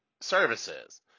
services